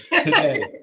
today